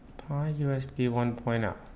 u s b one point ah